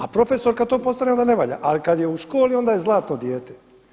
A profesor kada to postane onda ne valja, ali kada je u školi onda je zlatno dijete.